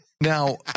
Now